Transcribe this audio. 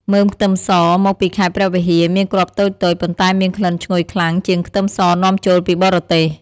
មើមខ្ទឹមសមកពីខេត្តព្រះវិហារមានគ្រាប់តូចៗ ប៉ុន្តែមានក្លិនឈ្ងុយខ្លាំងជាងខ្ទឹមសនាំចូលពីបរទេស។